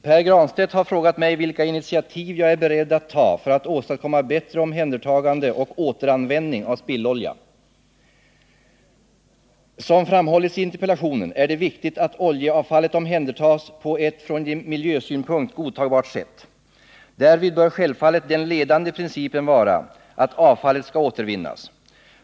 Herr talman! Pär Granstedt har frågat mig vilka initiativ jag är beredd att ta för att åstadkomma bättre omhändertagande och återanvändning av spillolja. Såsom framhållits i interpellationen är det viktigt att oljeavfallet omhändertas på ett från miljösynpunkt godtagbart sätt. Därvid bör självfallet den ledande principen vara att avfallet skall återvinnas.